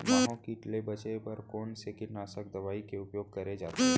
माहो किट ले बचे बर कोन से कीटनाशक दवई के उपयोग करे जाथे?